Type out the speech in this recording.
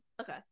Okay